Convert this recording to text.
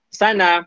sana